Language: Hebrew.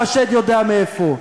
או השד יודע מאיפה.